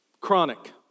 Chronic